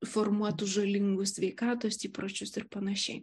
formuotų žalingus sveikatos įpročius ir panašiai